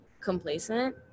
complacent